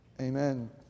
Amen